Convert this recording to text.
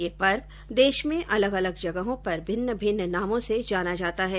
यह पर्व देश में अलग अलग जगहों पर भिन्न भिन्न नामों से जाना जाता है